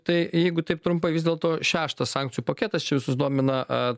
tai jeigu taip trumpai vis dėlto šeštas sankcijų paketas čia visus domina